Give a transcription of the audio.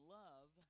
love